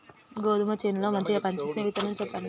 గోధుమ చేను లో మంచిగా పనిచేసే విత్తనం చెప్పండి?